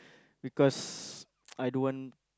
because I don't want